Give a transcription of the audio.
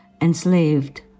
enslaved